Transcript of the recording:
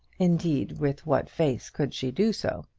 indeed, with what face could she do so?